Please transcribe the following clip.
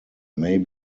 may